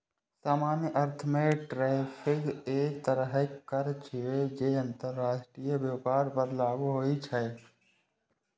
सामान्य अर्थ मे टैरिफ एक तरहक कर छियै, जे अंतरराष्ट्रीय व्यापार पर लागू होइ छै